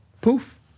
poof